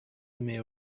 aimait